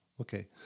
Okay